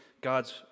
God's